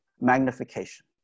magnification